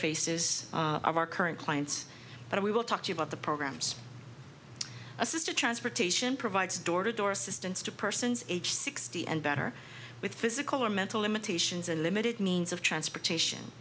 faces of our current clients but we will talk to you about the programs assisted transportation provides door to door assistance to persons age sixty and better with physical or mental limitations and limited means of transportation